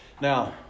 Now